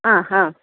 ആഹാ